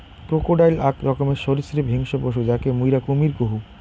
crocodile আক রকমের সরীসৃপ হিংস্র পশু যাকে মুইরা কুমীর কহু